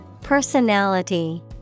Personality